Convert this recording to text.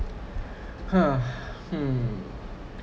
ha hmm